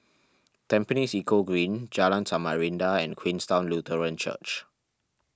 Tampines Eco Green Jalan Samarinda and Queenstown Lutheran Church